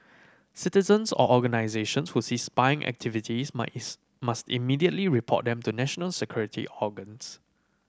citizens or organisations who see spying activities must immediately report them to national security organs